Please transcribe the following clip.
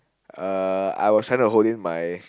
uh I was trying to hold in my